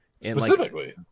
Specifically